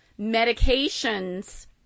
medications